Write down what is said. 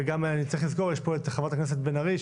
וצריך לזכור שיש פה גם את חברת הכנסת בן ארי,